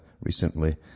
recently